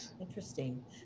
Interesting